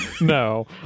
No